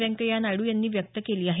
व्यंकय्या नायडू यांनी व्यक्त केली आहे